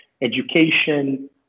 education